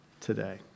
today